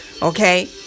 Okay